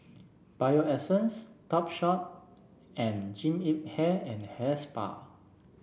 Bio Essence Topshop and Jean Yip Hair and Hair Spa